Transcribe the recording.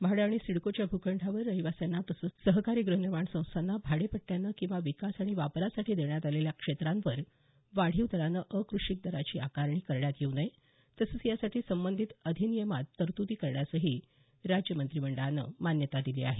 म्हाडा आणि सिडकोच्या भूखंडावर रहिवाशांना तसंच सहकारी गृहनिर्माण संस्थांना भाडेपट्ट्यानं किंवा विकास आणि वापरासाठी देण्यात आलेल्या क्षेत्रांवर वाढीव दरानं अकृषिक दराची आकारणी करण्यात येऊ नये तसंच यासाठी संबंधित अधिनियमात तरतूद करण्यासही राज्य मंत्रिमंडळानं मान्यता दिली आहे